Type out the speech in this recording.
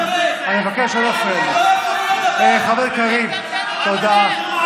הם רוצים, אדוני, אדוני, תקשיב לי אתה.